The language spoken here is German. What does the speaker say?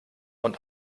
und